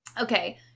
Okay